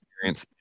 experience